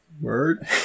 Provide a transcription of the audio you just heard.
Word